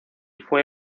fue